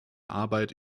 arbeit